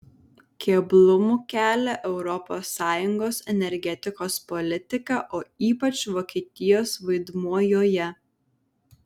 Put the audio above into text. keblumų kelia europos sąjungos energetikos politika o ypač vokietijos vaidmuo joje